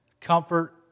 comfort